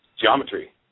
geometry